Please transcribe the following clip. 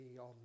on